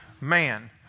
man